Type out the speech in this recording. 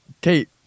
Kate